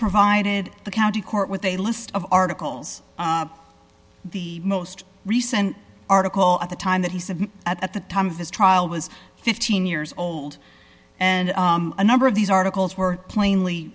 provided the county court with a list of articles the most recent article at the time that he said at the time of his trial was fifteen years old and a number of these articles were plainly